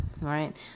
right